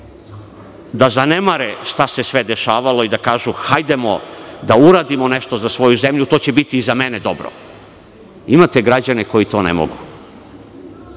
da zanemare šta se sve dešavalo i da kažu – hajde da uradimo nešto za svoju zemlju, to će biti i za mene dobro. Imate građane koji to ne mogu.